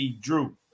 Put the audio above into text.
Drew